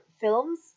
films